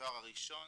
התואר הראשון,